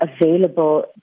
available